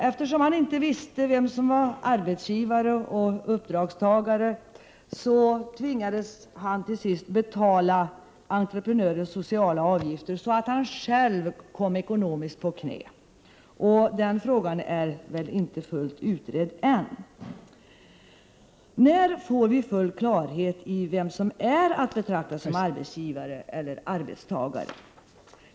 Eftersom han inte visste vem som var arbetsgivare och uppdragstagare tvingades han till sist betala entreprenörens sociala avgifter, så att han själv ekonomiskt kom på knä. Den frågan är väl inte fullt utredd än. När får vi full klarhet i vem som är att betrakta som arbetsgivare eller arbetstagare?